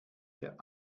der